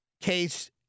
case